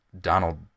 Donald